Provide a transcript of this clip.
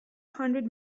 hundred